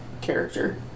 character